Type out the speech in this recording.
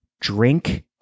drink